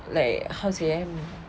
like how to say ah